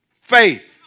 faith